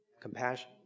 compassion